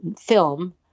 film